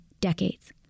decades